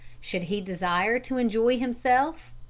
should he desire to enjoy himself,